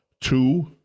two